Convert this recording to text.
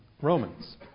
Romans